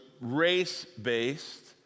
race-based